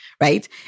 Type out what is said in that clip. Right